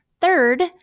Third